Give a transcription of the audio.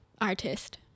artist